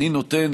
אני נותן,